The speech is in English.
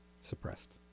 suppressed